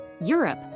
europe